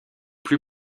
plus